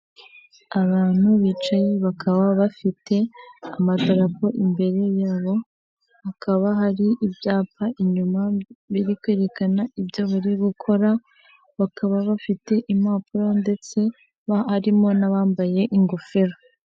Abantu bicaye bakaba bafite amadarapo imbere yabo, hakaba hari ibyapa inyuma birikwerekana ibyo biri gukora bakaba bafite impapuro ndetse harimo n'abambaye ingofero.